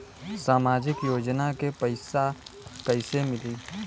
सामाजिक योजना के पैसा कइसे मिली?